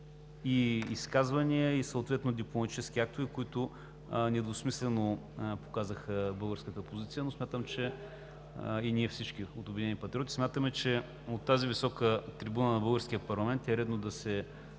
и изказвания, и съответно дипломатически актове, които недвусмислено показаха българската позиция, но от „Обединени патриоти“ смятаме, че от тази висока трибуна на българския парламент е редно да се